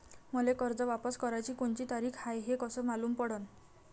मले कर्ज वापस कराची कोनची तारीख हाय हे कस मालूम पडनं?